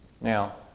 Now